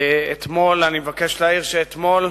אני מבקש להעיר שאתמול,